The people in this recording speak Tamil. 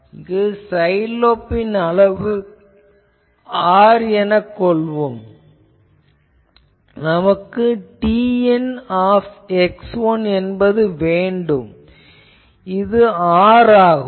இங்கு சைட் லோப் அளவு R எனக் கொள்வோம் நமக்கு TN என்பது வேண்டும் இது R ஆகும்